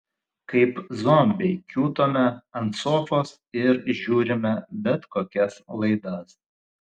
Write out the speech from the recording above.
kaip zombiai kiūtome ant sofos ir žiūrime bet kokias laidas